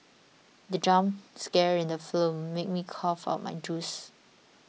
the jump scare in the film made me cough out my juice